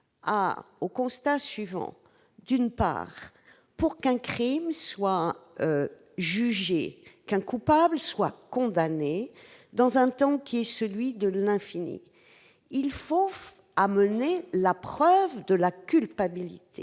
au constat suivant : pour qu'un crime soit jugé, un coupable condamné, dans un temps qui est celui de l'infini, il faut amener la preuve de la culpabilité